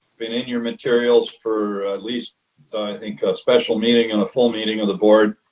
been in your materials for, at least, i think, special meeting and a full meeting of the board.